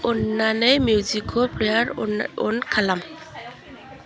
अन्नानै मिउजिक प्लेयारखौ अन खालाम